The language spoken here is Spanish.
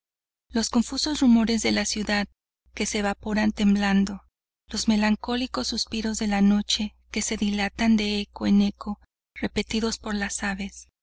los confusos rumores de la ciudad que se evaporan temblando los melancólicos suspiros de la noche que se dilatan de eco en eco repetidos por las aves